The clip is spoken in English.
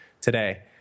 today